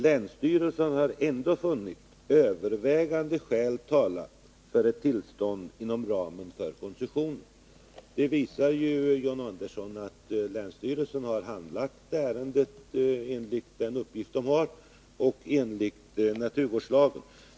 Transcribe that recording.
Länsstyrelsen har ändå funnit övervägande skäl tala för ett tillstånd inom ramen för koncessionen.” Det visar, John Andersson, att länsstyrelsen handlagt ärendet enligt den ordning som gäller och enligt naturvårdslagen.